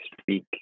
speak